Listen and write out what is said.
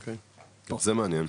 אוקי, זה מעניין,